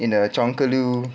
in a chonky